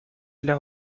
для